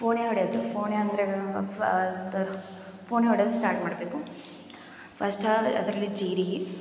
ಫೊಣೆ ಹಡ್ಯಾದು ಫೊಣೆ ಅಂದರೆ ಫ ಎಂತಾರು ಫೊಣೆ ಹೊಡೆಯೋದು ಸ್ಟಾರ್ಟ್ ಮಾಡಬೇಕು ಫಸ್ಟ ಅದರಲ್ಲಿ ಜೀರಿಗೆ